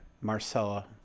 Marcella